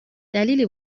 دلیلی